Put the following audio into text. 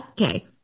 Okay